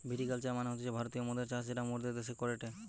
ভিটি culture মানে হতিছে ভারতীয় মদের চাষ যেটা মোরদের দ্যাশে করেটে